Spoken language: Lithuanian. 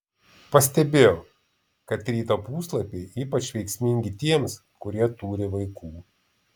pastebėjau kad ryto puslapiai ypač veiksmingi tiems kurie turi vaikų